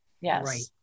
Yes